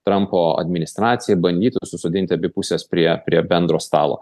trumpo administracija bandytų susodinti abi puses prie prie bendro stalo